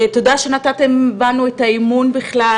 תודה שנתתם בנו את האמון בכלל,